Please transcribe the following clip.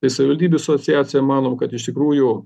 tai savivaldybių sociacija manom kad iš tikrųjų